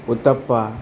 uttapa